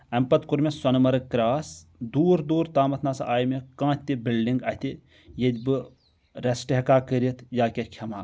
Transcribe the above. امہِ پتہٕ کوٚر مےٚ سۄنہٕ مرگ کراس دور دور تامتھ نہ سا آیہِ مےٚ کانٛہہ تہِ بلڈنگ اتھہِ ییٚتہِ بہٕ ریٚسٹ ہیٚکہٕ ہا کٔرِتھ یا کینٛہہ کھیٚمہٕ ہا